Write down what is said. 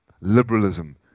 liberalism